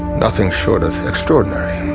nothing short of extraordinary.